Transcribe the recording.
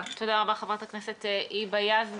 חבר הכנסת ג'בר